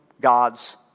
God's